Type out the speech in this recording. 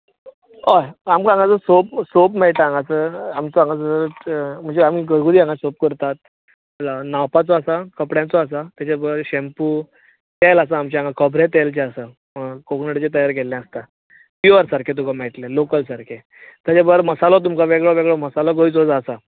हय आमकां हांगासर सोप मेळटा हांगासर आमकां हांगासर म्हणजे आमी सोप करतात न्हावपाचो आसा कपड्यांचो आसा ताच्या भायर शॅम्पू तेल आसा आमचें हांगा खोबऱ्या तेल जें आसा कोकनटचें तयार केल्लें आसता प्यूर सारकें तुका मेळटलें लोकल सारकें ताचे भायर मासालो तुमकां वेगळो वेगळो मसालो गोंयचो आसा